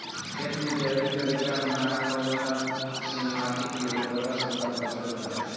खेत में जैविक तरीका अपनावे से माटी के उर्वरक क्षमता बचल रहे ला